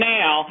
now